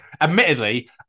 Admittedly